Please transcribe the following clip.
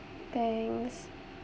thanks